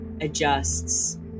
adjusts